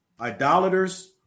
idolaters